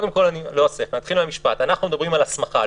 נתחיל מהמשפט, אנחנו מדברים על הסמכה.